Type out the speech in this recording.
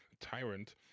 tyrant